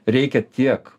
reikia tiek